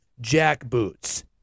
Jackboots